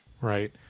right